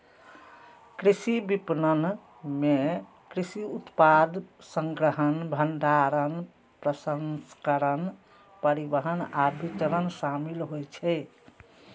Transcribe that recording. कृषि विपणन मे कृषि उत्पाद संग्रहण, भंडारण, प्रसंस्करण, परिवहन आ वितरण शामिल होइ छै